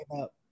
up